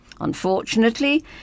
Unfortunately